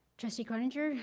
trustee croninger,